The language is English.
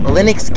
Linux